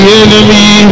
enemy